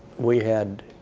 we had